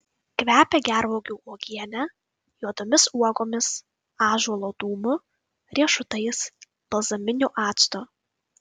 kvepia gervuogių uogiene juodomis uogomis ąžuolo dūmu riešutais balzaminiu actu